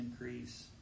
increase